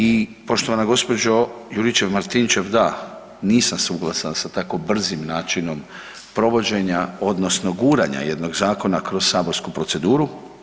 I poštovana gospođo Juričev-Martinčev da, nisam suglasan sa tako brzim načinom provođenja, odnosno guranja jednog zakona kroz saborsku proceduru.